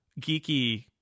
geeky